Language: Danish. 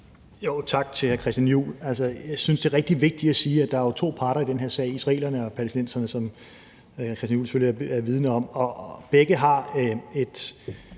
Tak til hr. Christian Juhl. Jeg synes, det er rigtig vigtigt at sige, at der jo er to parter i den her sag, israelerne og palæstinenserne, som hr. Christian Juhl jo selvfølgelig er vidende om, og begge har et